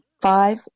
five